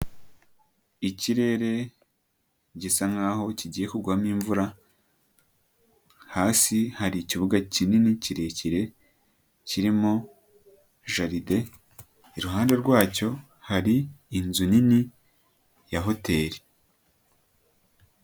Ikirere gisa nkaho kigiye kugwami Imvura. Hasi hari ikibuga kinini kirekire kirimo jaride, iruhande rwacyo hari inzu nini ya hoteri.